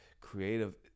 creative